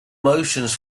motions